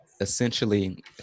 essentially